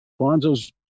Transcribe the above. bonzo's